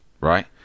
right